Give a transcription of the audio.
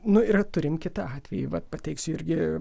nu yra turim kitą atvejį vat pateiksiu irgi